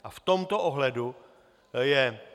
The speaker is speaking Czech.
A v tomto ohledu je.